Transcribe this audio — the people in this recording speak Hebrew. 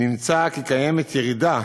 קיימת ירידה